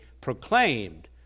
proclaimed